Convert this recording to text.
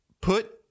put